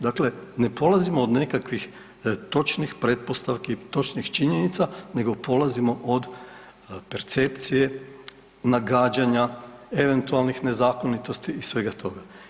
Dakle ne polazimo od nekakvih točnih pretpostavki, točnih činjenica nego polazimo od percepcije nagađanja eventualnih nezakonitosti i svega toga.